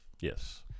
yes